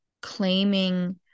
Claiming